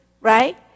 right